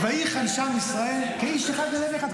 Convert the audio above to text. "ויחן שם ישראל" כאיש אחד בלב אחד.